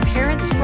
Parents